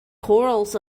corals